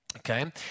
Okay